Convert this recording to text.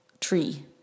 tree